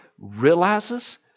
realizes